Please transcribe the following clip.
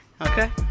okay